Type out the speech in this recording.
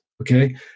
Okay